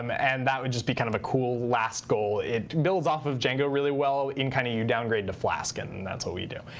um and that would just be kind of a cool last goal. it builds off of django really well ah in kind of you downgrade to flask and and that's what we do.